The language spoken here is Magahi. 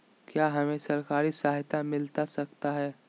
क्या हमे सरकारी सहायता मिलता सकता है?